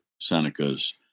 Senecas